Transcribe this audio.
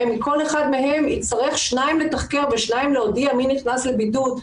וכל אחד מהם יצטרך שניים לתחקר ושניים להודיע מי נכנס לבידוד.